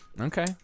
Okay